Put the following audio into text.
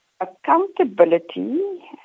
accountability